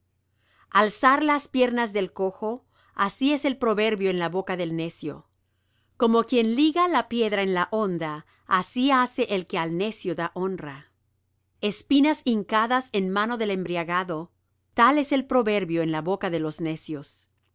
alzar las piernas del cojo así es el proverbio en la boca del necio como quien liga la piedra en la honda así hace el que al necio da honra espinas hincadas en mano del embriagado tal es el proverbio en la boca de los necios